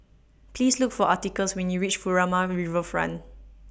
Please Look For Atticus when YOU REACH Furama Riverfront